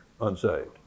unsaved